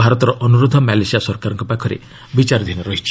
ଭାରତର ଅନୁରୋଧ ମାଲେସିଆ ସରକାରଙ୍କ ପାଖରେ ବିଚାରଧୀନ ରହିଛି